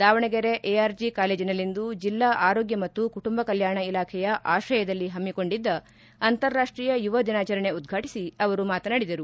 Davanagere ARG ಕಾಲೇಜಿನಲ್ಲಿಂದು ಜಿಲ್ಲಾ ಆರೋಗ್ಯ ಮತ್ತು ಕುಟುಂಬ ಕಲ್ಮಾಣ ಇಲಾಖೆಯ ಆಶ್ರಯದಲ್ಲಿ ಹಮ್ಮಿಕೊಂಡಿದ್ದ ಅಂತರಾಷ್ಟೀಯ ಯುವ ದಿನಾಚರಣೆ ಉದ್ಘಾಟಿಸಿ ಅವರು ಮಾತನಾಡಿದರು